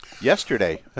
Yesterday